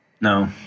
No